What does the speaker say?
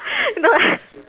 no lah